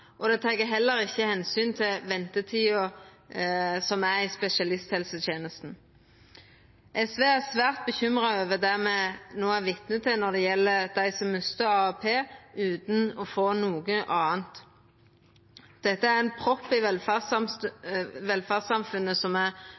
og dei tek heller ikkje omsyn til ventetida i spesialisthelsetenesta. SV er svært bekymra over det me no er vitne til når det gjeld dei som mistar AAP utan å få noko anna. Det er ein propp i velferdssamfunnet som er